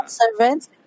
servants